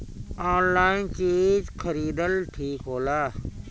Online चीज खरीदल ठिक होला?